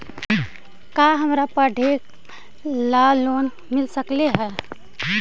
का हमरा पढ़े ल लोन मिल सकले हे?